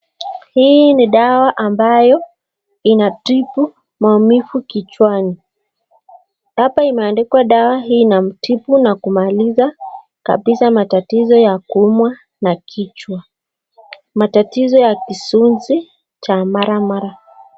Hii ni dawa ambayo inatibu maumivu kichwani. Hapa imeandikwa dawa hii inamtibu na kumaliza kabisa matatizo ya kuumwa na kichwa. Matatizo ya kizunzi cha mara mara.